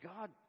God